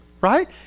right